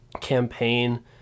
campaign